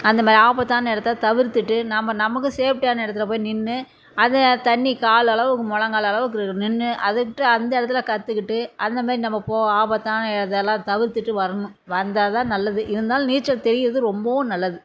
அந்தமாதிரி ஆபத்தான இடத்த தவிர்த்துட்டு நாம் நமக்கு சேஃப்ட்டியான இடத்துல போய் நின்று அது தண்ணி கால் அளவுக்கு மொழங்கால் அளவுக்கு நின்று அது விட்டு அந்த இதில் கற்றுக்கிட்டு அந்தமாரி நம்ம போவோம் ஆபத்தான இதல்லாம் தவிர்த்திட்டு வரணும் வந்தால்தான் நல்லது இருந்தாலும் நீச்சல் தெரிகிறது ரொம்பவும் நல்லது